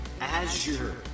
Azure